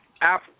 app